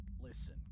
Listen